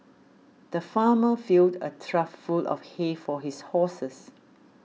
the farmer filled a trough full of hay for his horses